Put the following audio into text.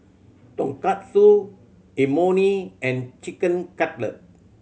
Tonkatsu Imoni and Chicken Cutlet